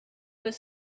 was